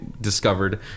discovered